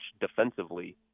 defensively